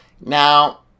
Now